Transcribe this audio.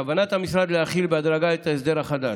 בכוונת המשרד להחיל בהדרגה את ההסדר החדש.